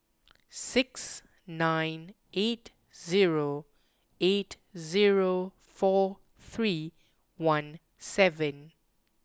six nine eight zero eight zero four three one seven